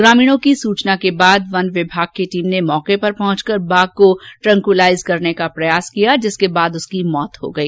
ग्रामीणों की सूचना के बाद वन विभाग की टीम ने मौके पर पहुंचकर बाघ को ट्रंकुलाइज करने का प्रयास किया जिसके बाद उसकी मौत हो गयी